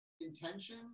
Intention